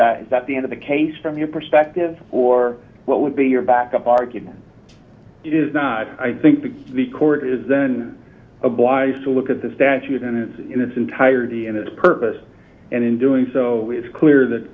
that is that the end of the case from your perspective or what would be your backup argument is not i think the court is then obliged to look at the statute in its in its entirety and its purpose and in doing so it's clear that